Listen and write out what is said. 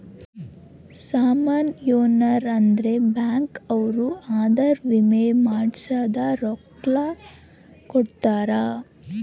ಸಾಮನ್ ಯೆನರ ಅದ್ರ ಬ್ಯಾಂಕ್ ಅವ್ರು ಅದುರ್ ವಿಮೆ ಮಾಡ್ಸಿದ್ ರೊಕ್ಲ ಕೋಡ್ತಾರ